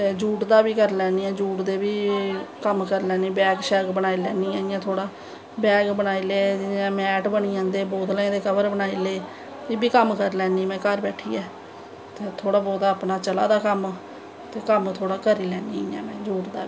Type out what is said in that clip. ते जूट दा बी करी लैन्नी आं जूट दे बी कम्म करी लैन्नी आं बैग सैग बनाई लैन्नी आं थोह्ड़ा बैग बनी जंदे मैट बनी जंदे बोतलें दे कबर बनाई ले एह् बी कम्म करी लैन्नी में घर बैठियै ते थोह्ड़ा बौह्त अपनां चला दा कम्म ते कम्म थोह्ड़ा करी लैन्नी में जूट दा बी